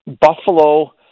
Buffalo